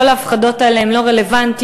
כל ההפחדות האלה הן לא רלוונטיות.